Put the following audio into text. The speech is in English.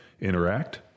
interact